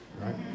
right